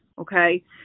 Okay